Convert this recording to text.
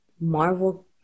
marvel